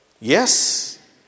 Yes